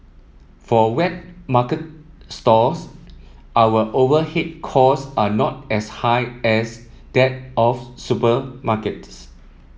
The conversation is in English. for wet market stalls our overhead cost are not as high as that of supermarkets